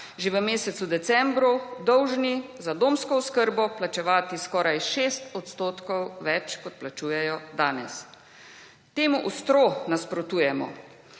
že v mesecu decembru dolžni za domsko oskrbo plačevati skoraj 6 % več, kot plačujejo danes. Temu ostro nasprotujemo.